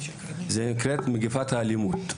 שנקראת מגפת האלימות.